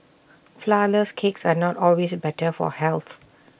Flourless Cakes are not always better for health